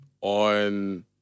On